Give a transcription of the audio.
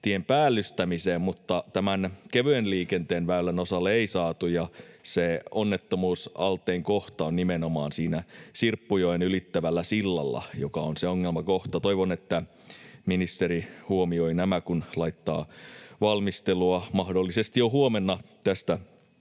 joululahjarahoista, mutta kevyen liikenteen väylän osalle ei saatu, ja se onnettomuusalttein kohta on nimenomaan siinä Sirppujoen ylittävällä sillalla, joka on se ongelmakohta. Toivon, että ministeri huomioi nämä, kun laittaa valmistelua, mahdollisesti jo huomenna, tästä